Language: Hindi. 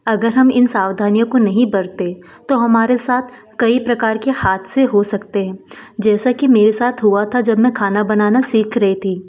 अगर हम इन सावधानियों को नहीं बरतें तो हमारे साथ कई प्रकार के हादसे हो सकते हैं जैसा कि मेरे साथ हुआ था जब मैं खाना बनाना सीख रही थी